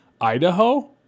Idaho